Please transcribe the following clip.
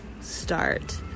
start